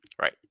Right